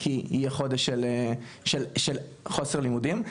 כי יהיה חודש של חוסר לימודים.